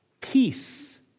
peace